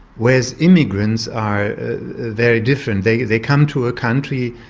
whereas immigrants are very different they they come to a country,